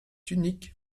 unique